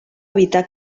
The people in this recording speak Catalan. evitar